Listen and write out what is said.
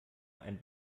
ein